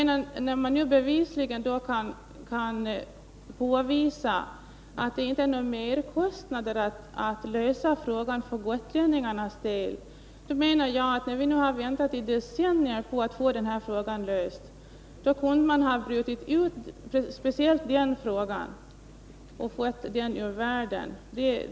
När man nu kan påvisa att det inte innebär några merkostnader att lösa frågan för gotlänningarnas del menar jag att utskottet kunde ha brutit ut speciellt den här frågan och därmed fått den ur världen, när vi nu har väntat i decennier på att få frågan löst.